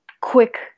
quick